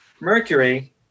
mercury